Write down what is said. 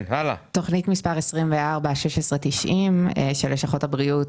תכנית מס' 241690 של לשכות הבריאות